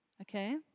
Okay